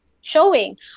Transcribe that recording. showing